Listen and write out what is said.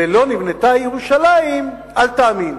ולא נבנתה ירושלים, אל תאמין.